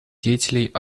деятелей